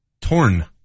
Torn